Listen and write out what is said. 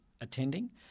attending